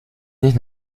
nicht